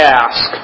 ask